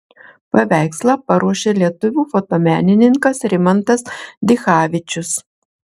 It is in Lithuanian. paveikslą paruošė lietuvių fotomenininkas rimantas dichavičius